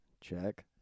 check